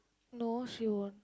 no she won't